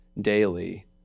daily